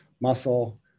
muscle